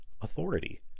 authority